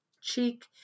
cheek